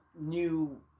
new